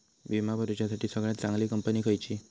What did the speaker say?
विमा भरुच्यासाठी सगळयात चागंली कंपनी खयची?